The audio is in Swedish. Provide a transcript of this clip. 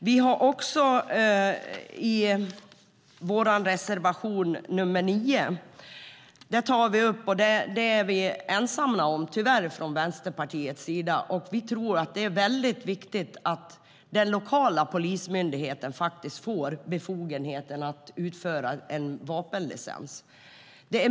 Vår reservation nr 9 är vi tyvärr ensamma om från Vänsterpartiets sida, men där tar vi upp att det är väldigt viktigt att den lokala polismyndigheten får befogenhet att utfärda vapenlicens.